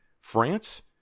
France